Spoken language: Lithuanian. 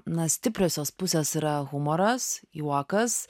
nastipriosios pusės yra humoras juokas